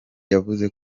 yavuze